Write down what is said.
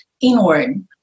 inward